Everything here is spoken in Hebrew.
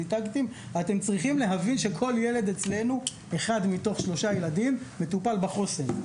אתם צריכים להבין שאחד מתוך שלושה ילדים אצלנו מטופל בחוס"ן.